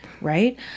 right